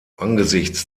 angesichts